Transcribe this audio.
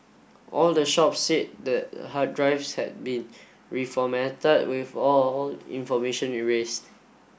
all the shops said the hard drives had been reformatted with all information erased